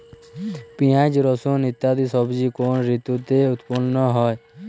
পিঁয়াজ রসুন ইত্যাদি সবজি কোন ঋতুতে উৎপন্ন হয়?